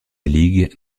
ligue